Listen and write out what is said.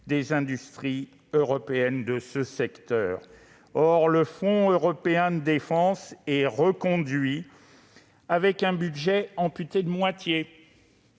des industries européennes du secteur. Or le Fonds européen de défense est reconduit avec un budget amputé de moitié.